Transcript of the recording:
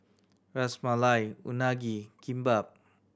Ras Malai Unagi Kimbap